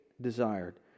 desired